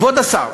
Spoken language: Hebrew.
כבוד השר,